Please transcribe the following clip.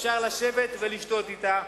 אפשר לשבת ולשתות אתה,